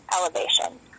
elevation